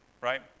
right